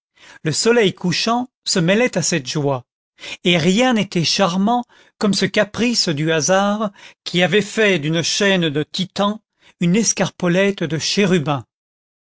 le soleil couchant se mêlait à cette joie et rien n'était charmant comme ce caprice du hasard qui avait fait d'une chaîne de titans une escarpolette de chérubins